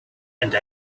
and